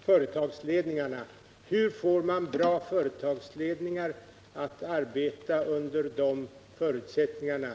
företagsledningarna. Hur får man bra företagsledningar att arbeta under de förutsättningarna?